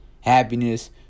happiness